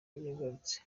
yagarutse